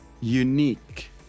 unique